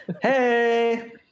Hey